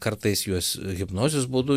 kartais juos hipnozės būdu